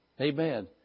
Amen